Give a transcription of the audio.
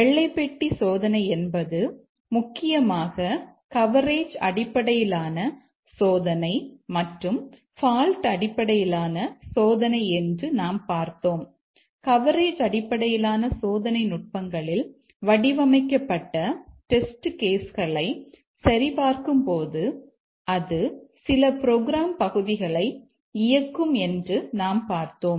வெள்ளை பெட்டி சோதனை என்பது முக்கியமாக கவரேஜ் அடிப்படையிலான சோதனை மற்றும் பால்ட் களை சரிபார்க்கும்போது அது சில ப்ரோக்ராம் பகுதிகளை இயக்கும் என்று நாம் பார்த்தோம்